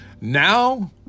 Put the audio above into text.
Now